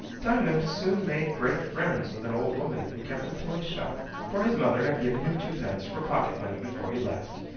diamond soon made great friends with an old woman who kept a toyshop, for his mother had given him twopence for pocket-money before he left,